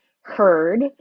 heard